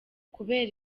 kubera